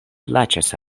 plaĉas